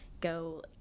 go